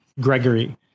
Gregory